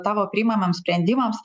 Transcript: tavo priimamam sprendimams